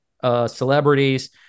celebrities